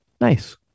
Nice